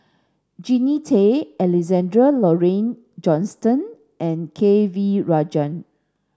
Jannie Tay Alexander Laurie Johnston and K V Rajah